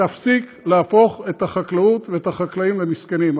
תפסיק להפוך את החקלאות ואת החקלאים למסכנים.